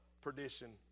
perdition